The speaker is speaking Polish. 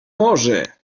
może